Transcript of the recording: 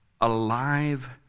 alive